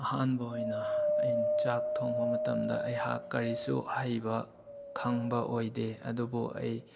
ꯑꯍꯥꯟꯕ ꯑꯣꯏꯅ ꯑꯩꯅ ꯆꯥꯛ ꯊꯣꯡꯕ ꯃꯇꯝꯗ ꯑꯩꯍꯥꯛ ꯀꯔꯤꯁꯨ ꯍꯩꯕ ꯈꯪꯕ ꯑꯣꯏꯗꯦ ꯑꯗꯨꯕꯨ ꯑꯩ